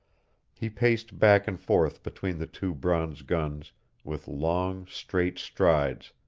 he paced back and forth between the two bronze guns with long, straight strides,